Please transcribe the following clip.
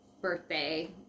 birthday